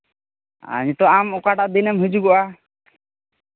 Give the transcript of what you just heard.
ᱱᱤᱛᱚᱜ ᱟᱢ ᱚᱠᱟᱴᱟᱜ ᱫᱤᱱᱮᱢ ᱦᱤᱡᱩᱜᱚᱜᱼᱟ